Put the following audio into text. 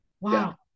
wow